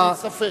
אין שום ספק.